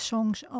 Songs